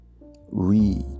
Read